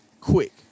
quick